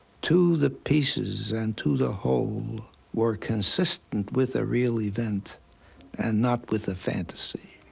to the pieces and to the whole were consistent with a real event and not with a fantasy.